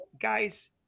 guys